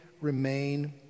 remain